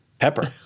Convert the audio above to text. Pepper